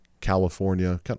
California